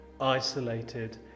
isolated